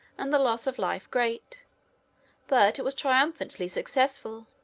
and the loss of life great but it was triumphantly successful.